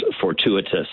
fortuitous